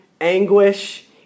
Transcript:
anguish